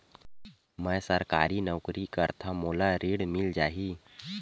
मै सरकारी नौकरी करथव मोला ऋण मिल जाही?